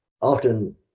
often